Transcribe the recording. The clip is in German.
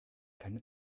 keine